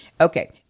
Okay